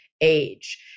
age